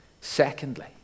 Secondly